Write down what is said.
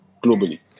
globally